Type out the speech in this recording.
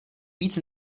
víc